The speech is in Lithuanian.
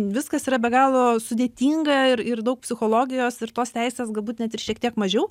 viskas yra be galo sudėtinga ir ir daug psichologijos ir tos teisės galbūt net ir šiek tiek mažiau